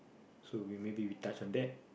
so we maybe we touch on that